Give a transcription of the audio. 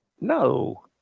No